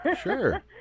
sure